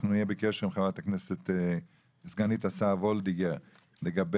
אנחנו נהיה בקשר עם סגנית השר וולדיגר לגבי